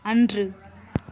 அன்று